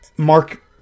Mark